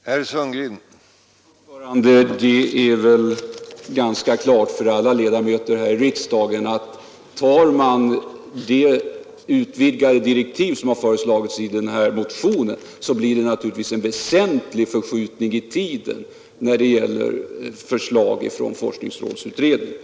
Herr talman! Det är väl ganska klart för alla ledamöter här i riksdagen att om man utvidgar direktiven som föreslagits i reservationen, så blir det naturligtvis en väsentlig tidsförskjutning när det gäller förslagen från forskningsrådsutredningen.